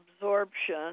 absorption